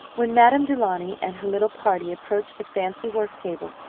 when madame du launy and her little party approached the fancy-work table,